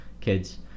kids